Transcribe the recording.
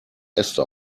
äste